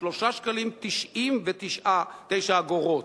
3.99 שקלים,